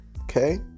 Okay